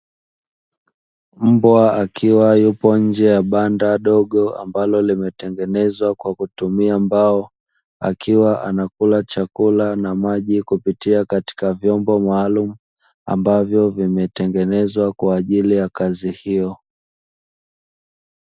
Mbwa akiwa yupo nje ya banda dogo ambalo limetengenezwa kwa kutumia mbao, akiwa anakula chakula na maji kupitia katika vyombo maalumu ambavyo vimetengenezwa kwa ajili ya kazi hiyo.